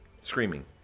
Screaming